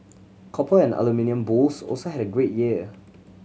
copper and aluminium bulls also had a great year